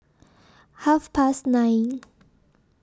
Half Past nine